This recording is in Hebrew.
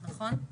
בואי,